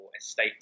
estate